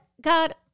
God